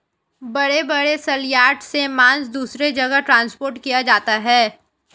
बड़े बड़े सलयार्ड से मांस दूसरे जगह ट्रांसपोर्ट किया जाता है